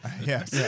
Yes